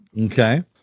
Okay